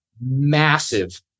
massive